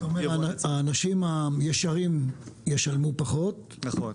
האנשים הישרים ישלמו פחות -- נכון.